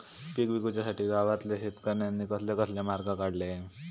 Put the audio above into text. पीक विकुच्यासाठी गावातल्या शेतकऱ्यांनी कसले कसले मार्ग काढले?